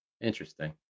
Interesting